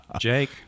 Jake